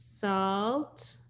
salt